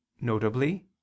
notably